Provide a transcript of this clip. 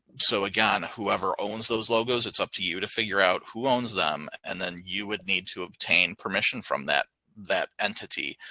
so again, whoever owns those logos, it's up to you to figure out who owns them and then you would need to obtain permission from that that entity.